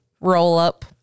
Roll-up